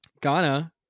Ghana